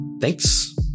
thanks